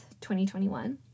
2021